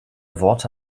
worte